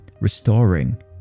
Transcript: restoring